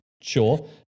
sure